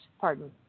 pardon